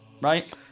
right